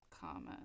comment